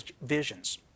visions